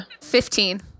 Fifteen